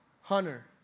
Hunter